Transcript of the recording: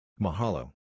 Mahalo